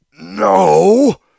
No